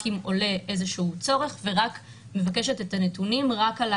רק אם עולה איזשהו צורך ורק מבקשת את הנתונים רק על